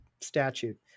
statute